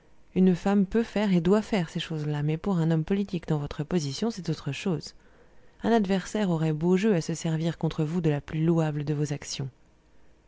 une femme peut faire et doit faire ces choses-là mais pour un homme politique dans votre position c'est autre chose un adversaire aurait beau jeu à se servir contre vous de la plus louable de vos actions